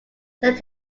said